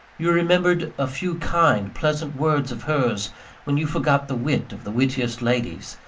you remembered a few kind, pleasant words of hers when you forgot the wit of the wittiest ladies,